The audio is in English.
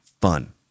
fun